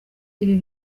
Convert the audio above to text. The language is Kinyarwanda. ibi